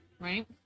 right